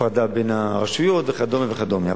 הפרדה בין הרשויות וכדומה וכדומה.